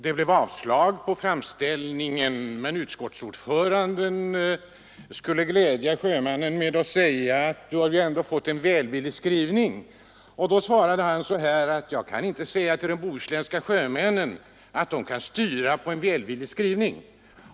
Det blev avslag på framställningen, men utskottsordföranden ville glädja sjömannen/ utskottsledamoten med att säga: ”Du har ju ändå fått en välvillig skrivning.” Då svarade denne att han kunde ju inte säga till de bohusländska sjömännen att de skulle styra på en välvillig skrivning.